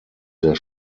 sehr